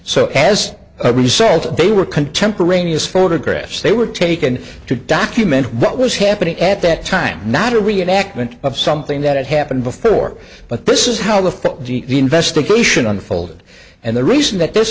so as a result they were contemporaneous photographs they were taken to document what was happening at that time not a reenactment of something that had happened before but this is how the investigation unfolded and the reason that this